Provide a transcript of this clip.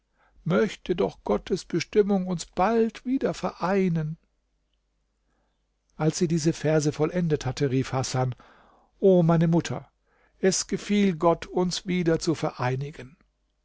möchte doch gottes bestimmung uns bald wieder vereinen als sie diese verse vollendet hatte rief hasan o meine mutter es gefiel gott uns wieder zu vereinigen